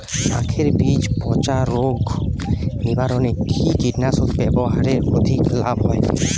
আঁখের বীজ পচা রোগ নিবারণে কি কীটনাশক ব্যবহারে অধিক লাভ হয়?